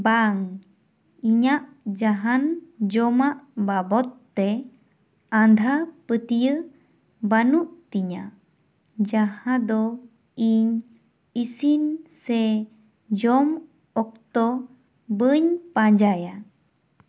ᱵᱟᱝ ᱤᱧᱟᱹᱜ ᱡᱟᱦᱟᱱ ᱡᱚᱢᱟᱜ ᱵᱟᱵᱚᱫ ᱛᱮ ᱚᱟᱫᱷᱟ ᱯᱟᱹᱛᱭᱟᱹᱣ ᱵᱟᱱᱩᱜ ᱛᱤᱧᱟ ᱡᱟᱦᱟᱸ ᱫᱚ ᱤᱧ ᱤᱥᱤᱱ ᱥᱮ ᱡᱚᱢ ᱚᱠᱚᱛᱚ ᱵᱟᱹᱧ ᱯᱟᱡᱟᱭᱟ